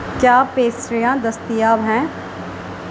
کیا پیسٹریاں دستیاب ہیں